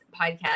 podcast